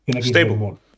Stable